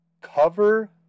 cover